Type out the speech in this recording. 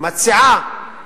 ומציעה